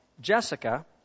Jessica